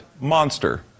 Monster